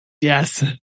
Yes